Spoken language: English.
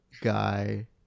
guy